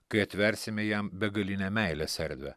kai atversime jam begalinę meilės erdvę